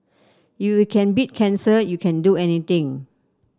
if you can beat cancer you can do anything